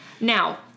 Now